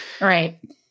Right